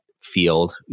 field